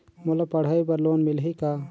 मोला पढ़ाई बर लोन मिलही का?